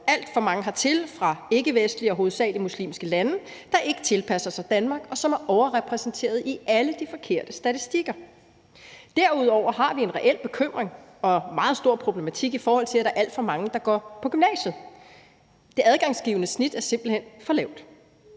alt for mange hertil fra ikkevestlige og hovedsagelig muslimske lande, der ikke tilpasser sig Danmark, og som er overrepræsenterede i alle de forkerte statistikker. Derudover har vi en reel bekymring og en meget stor problematik, i forhold til at der er alt for mange, der går på gymnasiet. Det adgangsgivende snit er simpelt hen for lavt.